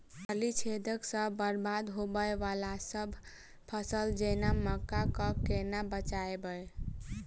फली छेदक सँ बरबाद होबय वलासभ फसल जेना मक्का कऽ केना बचयब?